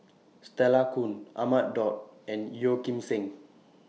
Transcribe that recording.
Stella Kon Ahmad Daud and Yeo Kim Seng